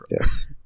Yes